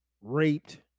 raped